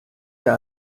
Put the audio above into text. der